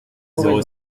zéro